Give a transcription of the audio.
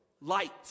light